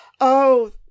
Oh